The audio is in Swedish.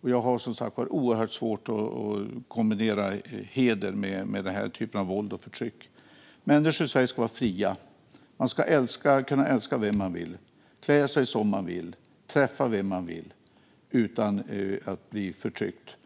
Som jag har sagt tidigare har jag oerhört svårt att koppla heder till den här typen av våld och förtryck. Människor ska vara fria. Man ska kunna älska vem man vill, klä sig som man vill och träffa vem man vill utan att bli förtryckt.